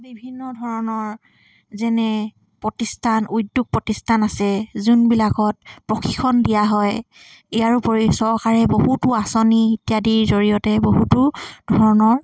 বিভিন্ন ধৰণৰ যেনে প্ৰতিষ্ঠান উদ্যোগ প্ৰতিষ্ঠান আছে যোনবিলাকত প্ৰশিক্ষণ দিয়া হয় ইয়াৰোপৰি চৰকাৰে বহুতো আঁচনি ইত্যাদিৰ জৰিয়তে বহুতো ধৰণৰ